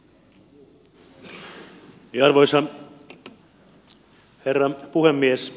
arvoisa herra puhemies